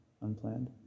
Unplanned